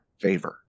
favor